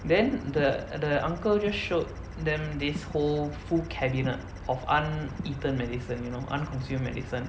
then the the uncle just showed them this whole full cabinet of uneaten medicine you know unconsumed medicine